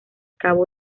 cabo